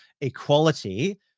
Equality